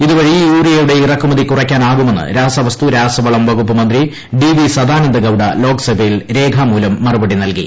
ഇതുവഴി യൂറിയയുടെ ഇറക്കുമതി കുറയ്ക്കാനാകുമെന്ന് രാസവസ്തു രാസവളം വകുപ്പ് മന്ത്രി ഡി വി സദാനന്ദ ഗൌഡ ലോക്സഭയിൽ രേഖമൂലം മറുപടി നൽകി